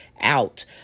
out